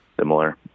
similar